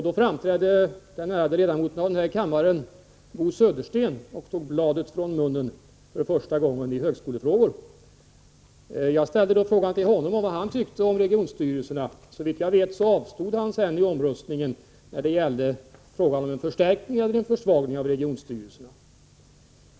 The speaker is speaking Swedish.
Då framträdde den ärade ledamoten av denna kammare Bo Södersten och tog för första gången bladet från munnen i högskolefrågor. Jag ställde frågan till honom vad han tyckte om regionstyrelserna. Såvitt jag vet avstod han i omröstningen när det gällde frågan om en förstärkning eller en försvagning av regionstyrelserna.